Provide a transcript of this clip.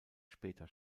später